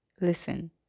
listen